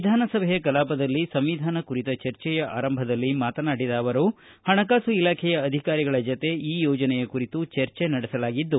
ವಿಧಾನಸಭೆಯ ಕಲಾಪದಲ್ಲಿ ಸಂವಿಧಾನ ಕುರಿತ ಚರ್ಚೆಯ ಆರಂಭದಲ್ಲಿ ಮಾತನಾಡಿದ ಅವರು ಹಣಕಾಸು ಇಲಾಖೆಯ ಅಧಿಕಾರಿಗಳ ಜೊತೆ ಈ ಯೋಜನೆಯ ಕುರಿತು ಚರ್ಚೆ ನಡೆಸಲಾಗಿದ್ದು